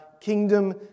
kingdom